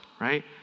right